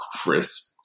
crisp